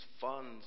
funds